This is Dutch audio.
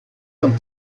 dan